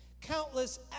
countless